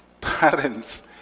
parents